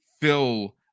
fill